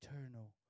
eternal